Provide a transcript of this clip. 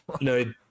No